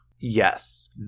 yes